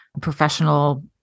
professional